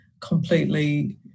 completely